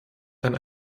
dann